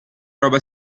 roba